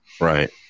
Right